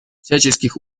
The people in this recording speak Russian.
всяческих